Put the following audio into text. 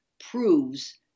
proves